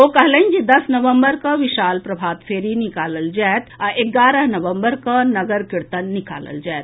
ओ कहलनि जे दस नवम्बर कऽ विशाल प्रभात फेरी निकालल जायत आ एगारह नवम्बर कऽ नगर कीर्तन निकालल जायत